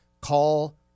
call